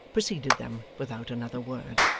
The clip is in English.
preceded them without another word.